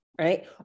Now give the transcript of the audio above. right